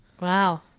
Wow